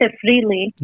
freely